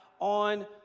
on